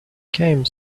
came